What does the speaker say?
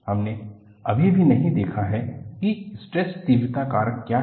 हमने अभी भी नहीं देखा है कि स्ट्रेस तीव्रता कारक क्या हैं